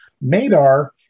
Madar